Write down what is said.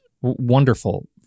wonderful